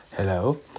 Hello